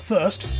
first